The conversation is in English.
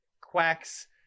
quacks